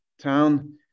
town